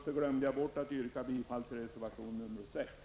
Jag glömde att yrka bifall till reservation nr 6.